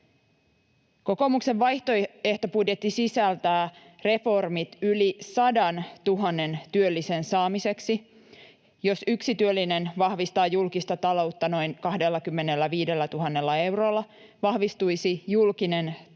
Kokoomuksen vaihtoehtobudjetti sisältää reformit yli 100 000 työllisen saamiseksi. Jos yksi työllinen vahvistaa julkista taloutta noin 25 000 eurolla, vahvistuisi julkinen talous